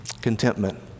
Contentment